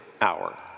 hour